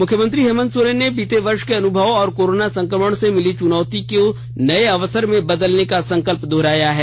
मुख्यमंत्री हेमंत सोरेन ने बीते वर्ष के अनुभव और कोरोना संक्रमण से मिली चुनौतियों को नए अवसर में बदलने का संकल्प दुहराया है